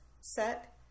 set